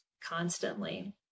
constantly